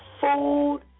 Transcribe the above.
food